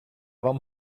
вам